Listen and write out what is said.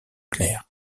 clair